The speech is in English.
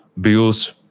bills